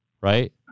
Right